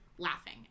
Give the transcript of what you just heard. laughing